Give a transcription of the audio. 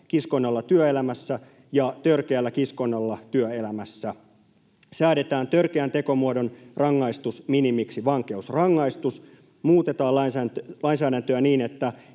kiskonnalla työelämässä ja törkeällä kiskonnalla työelämässä. Säädetään törkeän tekomuodon rangaistusminimiksi vankeusrangaistus. Muutetaan lainsäädäntöä niin, että